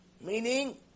meaning